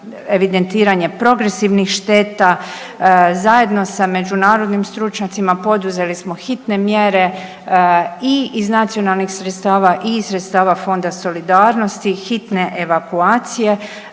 evidentiranja progresivnih šteta, zajedno sa međunarodnim stručnjacima, poduzeli smo hitne mjere i iz nacionalnih sredstava i iz sredstava Fonda solidarnosti, hitne evakuacije.